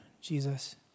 Jesus